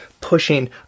pushing